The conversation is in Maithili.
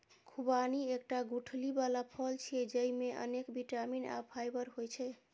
खुबानी एकटा गुठली बला फल छियै, जेइमे अनेक बिटामिन आ फाइबर होइ छै